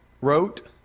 wrote